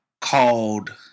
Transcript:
called